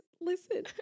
listen